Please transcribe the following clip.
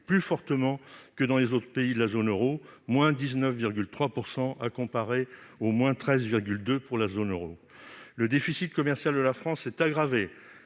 plus fortement que dans les autres pays de la zone euro :-19,3 % pour notre pays, contre-13,2 % pour la zone euro. Le déficit commercial de la France s'est aggravé,